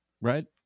right